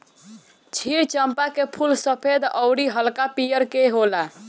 क्षीर चंपा के फूल सफ़ेद अउरी हल्का पियर रंग के होला